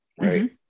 right